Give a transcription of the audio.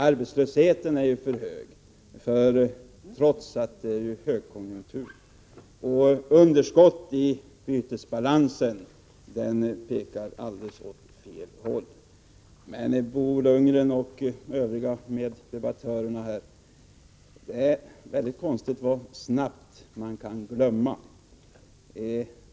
Arbetslösheten är för hög, trots att det är högkonjunktur, och underskottet i bytesbalansen pekar åt alldeles fel håll. Det är, Bo Lundgren och övriga meddebattörer, konstigt vad snabbt man kan glömma.